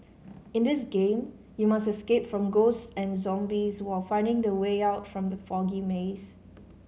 in this game you must escape from ghosts and zombies while finding the way out from the foggy maze